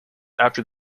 after